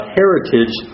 heritage